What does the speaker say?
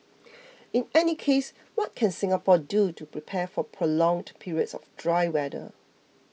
in any case what can Singapore do to prepare for prolonged periods of dry weather